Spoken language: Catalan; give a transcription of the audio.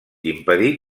impedir